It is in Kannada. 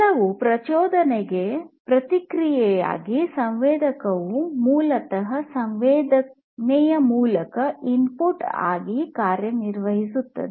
ಕೆಲವು ಪ್ರಚೋದನೆಗೆ ಪ್ರತಿಕ್ರಿಯೆಯಾಗಿ ಸಂವೇದಕವು ಮೂಲತಃ ಸಂವೇದನೆಯ ಮೂಲಕ ಇನ್ಪುಟ್ನ ಆಗಿ ಕೆಲಸ ನಿರ್ವಹಿಸುತ್ತದೆ